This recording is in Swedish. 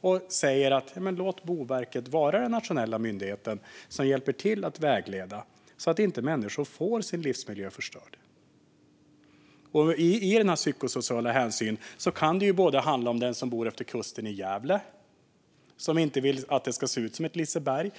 och säger: Låt Boverket vara den nationella myndighet som hjälper till att vägleda så att människor inte får sin livsmiljö förstörd! När det gäller psykosocial hänsyn kan det handla om den som bor utefter kusten i Gävle och som inte vill att de ska se ut som ett Liseberg.